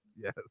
Yes